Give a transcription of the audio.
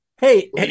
Hey